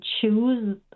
choose